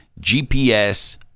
GPS